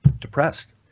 depressed